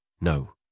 No